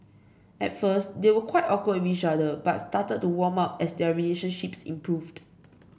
at first they were quite awkward with each other but started to warm up as their relationships improved